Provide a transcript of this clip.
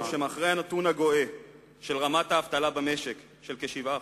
שמאחורי הנתון של רמת אבטלה גואה במשק, של כ-7%,